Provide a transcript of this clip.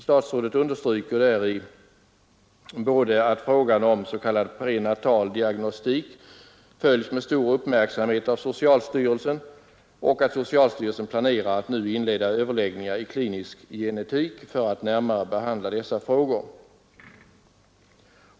Statsrådet understryker däri både att frågan om s.k. prenatal diagnostik följs med stor uppmärksamhet av socialstyrelsen och att socialstyrelsen planerar att nu inleda överläggningar i klinisk genetik, för att närmare behandla dessa frågor.